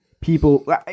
People